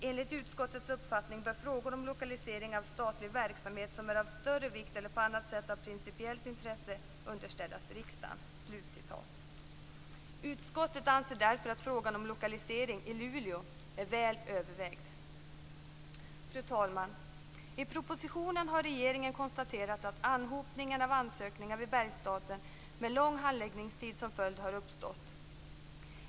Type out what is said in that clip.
- Enligt utskottets uppfattning bör frågor om lokalisering av statlig verksamhet som är av större vikt eller på annat sätt av principiellt intresse underställas riksdagen." Utskottet anser därför att frågan om lokalisering till Luleå är väl övervägd. Fru talman! I propositionen har regeringen konstaterat att anhopningen av ansökningar vid Bergsstaten med lång handläggningstid som följd har uppstått.